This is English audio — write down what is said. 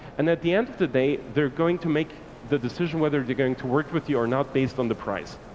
and at the end of the day, they're going to make the decision whether they're going to work with you or not based on the price.